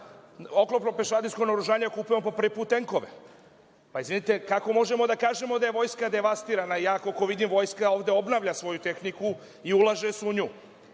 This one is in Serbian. oklopno pešadijsko naoružanje, kupujemo po prvi tenkove. Izvinite, kako možemo da kažemo da je vojska devastirana? Koliko vidim, vojska ovde obnavlja svoju tehniku i ulaže se u